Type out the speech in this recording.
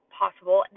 possible